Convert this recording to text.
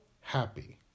happy